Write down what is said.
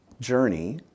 journey